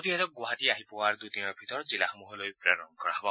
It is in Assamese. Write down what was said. প্ৰতিষেধক গুৱাহাটী আহি পোৱাৰ দুদিনৰ ভিতৰত জিলাসমূহলৈ প্ৰেৰণ কৰা হব